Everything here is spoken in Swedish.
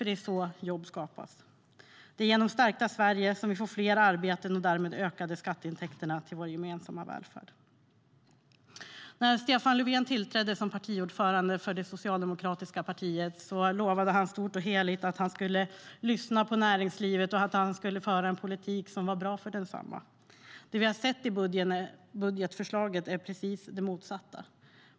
Det är så jobb skapas. När Stefan Löfven tillträdde som partiordförande för det socialdemokratiska partiet lovade han stort och heligt att han skulle lyssna på näringslivet och föra en politik som är bra för detsamma. Det vi har sett i budgetförslaget är det precis motsatta.